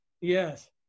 Yes